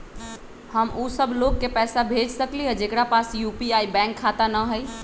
हम उ सब लोग के पैसा भेज सकली ह जेकरा पास यू.पी.आई बैंक खाता न हई?